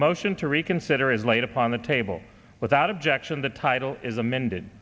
motion to reconsider is laid upon the table without objection the title is amended